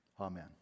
Amen